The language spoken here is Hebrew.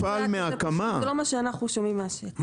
זה לא מה שאנחנו שומעים מהשטח.